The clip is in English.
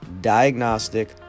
diagnostic